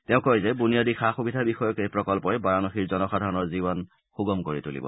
তেওঁ কয় যে বুনিয়াদী সা সুবিধা বিষয়ক এই প্ৰকল্পই বাৰানাসীৰ জনসাধাৰণৰ জীৱন সুগম কৰি তুলিব